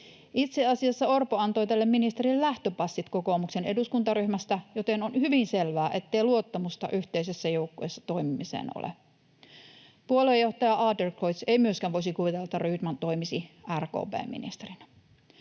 Itse asiassa Orpo antoi tälle ministerille lähtöpassit kokoomuksen eduskuntaryhmästä, joten on hyvin selvää, ettei luottamusta yhteisessä joukkueessa toimimiseen ole. Puoluejohtaja Adlercreutz ei myöskään voisi kuvitella, että Rydman toimisi RKP:n ministerinä.